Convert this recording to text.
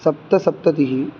सप्तसप्ततिः